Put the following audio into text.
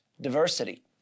diversity